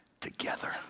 together